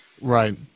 Right